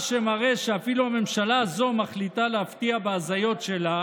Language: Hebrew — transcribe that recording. מה שמראה שאפילו הממשלה הזו מחליטה להפתיע בהזיות שלה